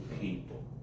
people